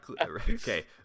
okay